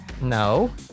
No